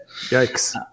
Yikes